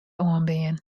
oanbean